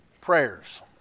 prayers